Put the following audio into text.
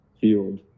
field